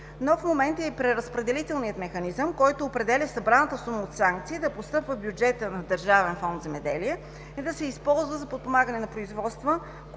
Нов момент е и преразпределителният механизъм, който определя събраната сума от санкции да постъпва в бюджета на Държавен фонд „Земеделие“ и да се използва за подпомагане на производства,